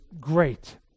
great